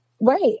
Right